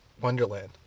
Wonderland